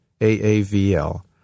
AAVL